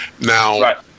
now